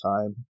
time